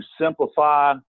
simplify